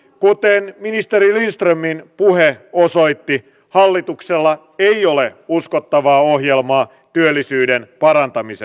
kuten ministeri lindströmin puhe osoitti hallituksella ei ole uskottavaa ohjelmaa työllisyyden parantamiseksi